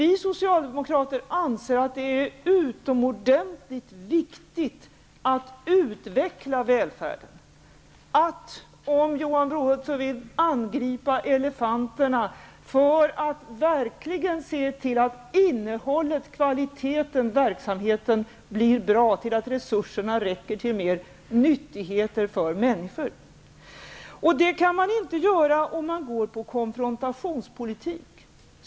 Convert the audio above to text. Vi socialdemokrater anser att det är utomordentligt viktigt att utveckla välfärden, att -- om Johan Brohult så vill -- angripa elefanterna för att verkligen se till att innehållet, kvaliteten och verksamheten blir bra och att resurserna räcker till mer nyttigheter för människor. Det kan man inte göra om man för en konfrontationspolitik.